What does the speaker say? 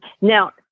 Now